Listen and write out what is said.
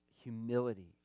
humility